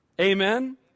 Amen